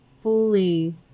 fully